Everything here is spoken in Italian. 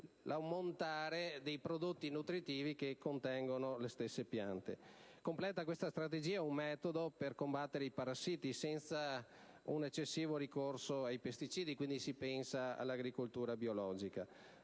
l'ammontare di nutrienti assorbiti dalle piante. Completa la strategia un metodo per combattere i parassiti senza un eccessivo ricorso ai pesticidi (quindi si pensa all'agricoltura biologica).